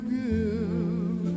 give